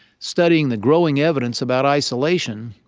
studying the growing evidence about isolation,